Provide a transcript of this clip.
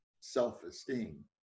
self-esteem